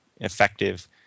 effective